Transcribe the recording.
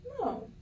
No